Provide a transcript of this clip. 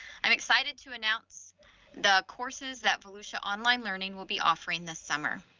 i'm excited to announce the courses that volusia online learning will be offering this summer.